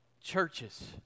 churches